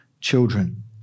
children